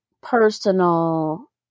personal